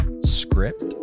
script